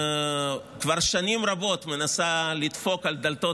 כבר שנים רבות היא מנסה לדפוק על דלתות